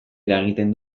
eragiten